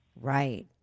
Right